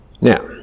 Now